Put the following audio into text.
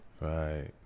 Right